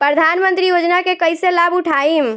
प्रधानमंत्री योजना के कईसे लाभ उठाईम?